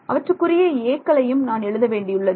அவற்றுக்குரிய 'a' க்களையும் நான் எழுத வேண்டியுள்ளது